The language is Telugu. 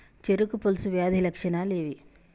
చెరుకు పొలుసు వ్యాధి లక్షణాలు ఏవి?